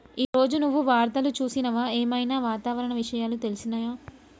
ఈ రోజు నువ్వు వార్తలు చూసినవా? ఏం ఐనా వాతావరణ విషయాలు తెలిసినయా?